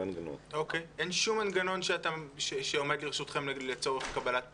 אין שום מנגנון שעומד לרשותכם לצורך קבלת פיצוי?